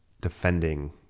defending